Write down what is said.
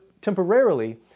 temporarily